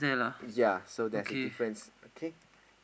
ya so there's a difference okay